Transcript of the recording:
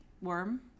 worm